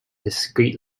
discreet